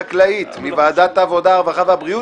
החלטה התקבלה.